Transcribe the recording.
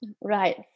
Right